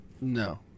No